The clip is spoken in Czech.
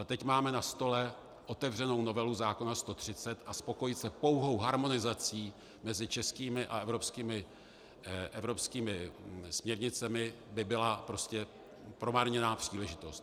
Teď ale máme na stole otevřenou novelu zákona 130, a spokojit se pouhou harmonizací mezi českými a evropskými směrnicemi by byla prostě promarněná příležitost.